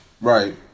right